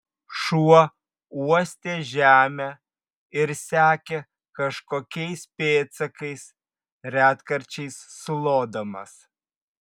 šuo uostė žemę ir sekė kažkokiais pėdsakais retkarčiais sulodamas